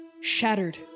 Shattered